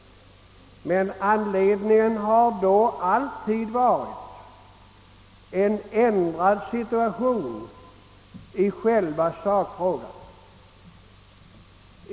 Men då har anledningen alltid varit en ändrad situation i själva sakfrågan.